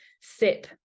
sip